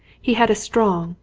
he had a strong,